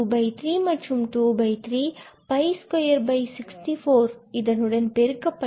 ⅔ and ⅔ இது 4 64 இத்துடன் பெருக்கப்படுகிறது